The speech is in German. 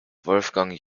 wolfgang